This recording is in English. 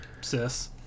sis